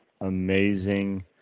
amazing